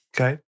Okay